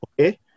okay